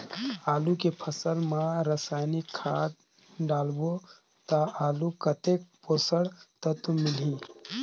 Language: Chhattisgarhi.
आलू के फसल मा रसायनिक खाद डालबो ता आलू कतेक पोषक तत्व मिलही?